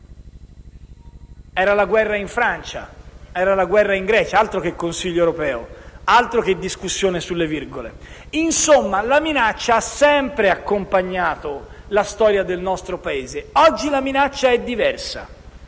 era la guerra in Francia, era la guerra in Grecia, altro che Consiglio europeo, altro che discussione sulle virgole. Insomma, la minaccia ha sempre accompagnato la storia del nostro Paese. Oggi la minaccia è diversa.